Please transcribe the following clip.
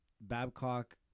Babcock